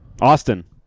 austin